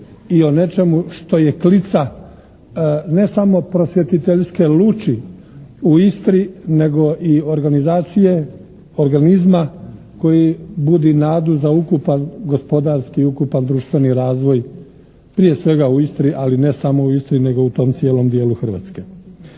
i o nečemu što je klica ne samo prosvjetiteljske luči u Istri nego i organizacije organizma koji budi nadu za ukupni gospodarski i ukupan društveni razvoj prije svega u Istri, ali ne samo u Istri nego u tom cijelom dijelu Hrvatske.